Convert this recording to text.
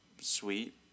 sweet